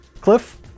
cliff